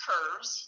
Curves